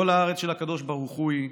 כל הארץ של הקדוש ברוך הוא היא,